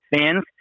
fans